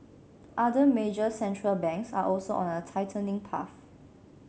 other major central banks are also on a tightening path